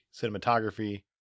cinematography